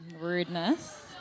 Rudeness